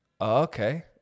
okay